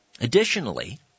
Additionally